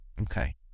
okay